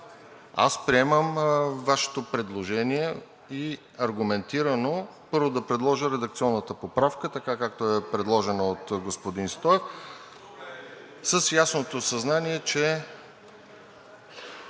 приемам Вашето предложение и аргументирано, първо, да предложа редакционната поправка така, както е предложена от господин Стоев, с ясното съзнание